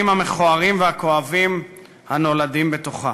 המכוערים והכואבים הנולדים בתוכה.